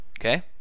Okay